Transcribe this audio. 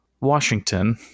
Washington